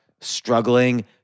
struggling